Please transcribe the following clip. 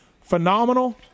phenomenal